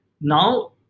now